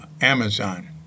Amazon